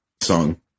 song